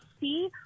see